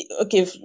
Okay